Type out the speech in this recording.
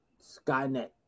Skynet